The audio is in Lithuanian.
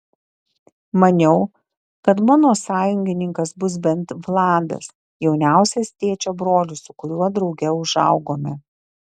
maniau kad mano sąjungininkas bus bent vladas jauniausias tėčio brolis su kuriuo drauge užaugome